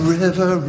river